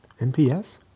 NPS